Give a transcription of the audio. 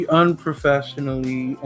unprofessionally